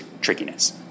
trickiness